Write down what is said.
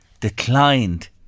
declined